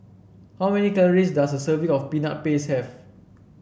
how many calories does a serving of Peanut Paste have